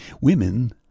Women